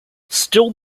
still